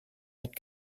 mit